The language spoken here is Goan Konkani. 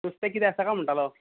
नुस्तें कितें आसा काय म्हणटालो